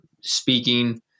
speaking